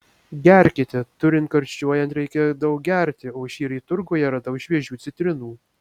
gerkite turint karščiuojant reikia daug gerti o šįryt turguje radau šviežių citrinų